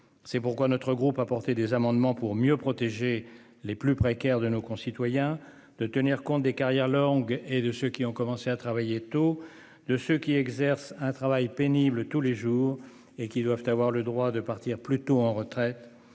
C'est pourquoi notre groupe apporter des amendements pour mieux protéger les plus précaires de nos concitoyens de tenir compte des carrières longues et de ceux qui ont commencé à travailler tôt, de ceux qui exerce un travail pénible tous les jours et qui doivent avoir le droit de partir plutôt en retrait